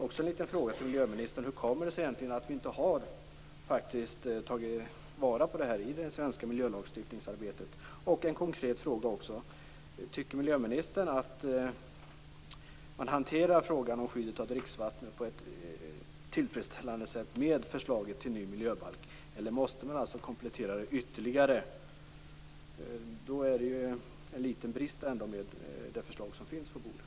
Jag vill fråga miljöministern: Hur kommer det sig att vi inte har tagit vara på det här i det svenska miljölagstiftningsarbetet? Och en annan konkret fråga: Tycker miljöministern att man hanterar frågan om skyddet av dricksvatten på ett tillfredsställande sätt med förslaget till ny miljöbalk? Eller måste man komplettera det ytterligare? Då finns det ju ändå en liten brist i det förslag som ligger på bordet.